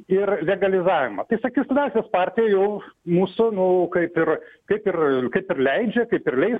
ir legalizavimą tai sakys laisvės partija jau mūsų nu kaip ir kaip ir kaip ir leidžia kaip ir leis